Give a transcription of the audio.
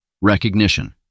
recognition